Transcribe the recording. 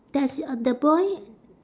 does uh the boy